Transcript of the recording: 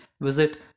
visit